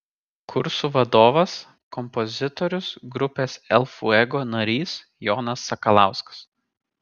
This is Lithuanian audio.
kursų vadovas kompozitorius grupės el fuego narys jonas sakalauskas